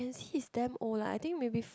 he is damn old lah I think maybe